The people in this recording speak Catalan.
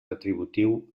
retributiu